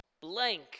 Blank